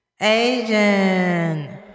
Asian